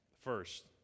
First